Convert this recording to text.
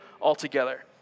altogether